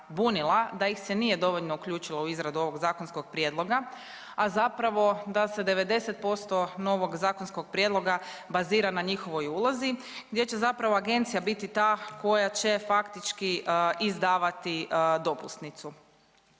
da ih se nije dovoljno uključilo u izradu ovog zakonskog prijedloga, a zapravo da se 90% novog zakonskog prijedloga bazira na njihovoj ulozi gdje će zapravo agencija biti ta koja će faktički izdavati dopusnicu.